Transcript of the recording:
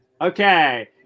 Okay